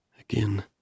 again